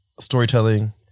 storytelling